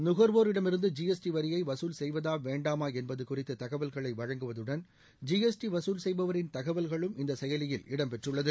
நுகர்வோரிடமிருந்து GST வரியை வசூல் செய்வதா வேண்டாமா என்பது குறித்து தகவல்களை வழங்குவதுடன் ஜிஎஸ்டி வசூல் செய்பவரின் தகவல்களும் இந்த செயலில் இடம்பெற்றுள்ளது